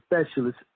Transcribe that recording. specialist